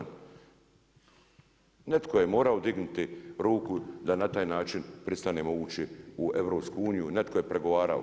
Netko je morao dignuti ruku da na taj način pristanemo ući u EU i neto je pregovarao.